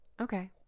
Okay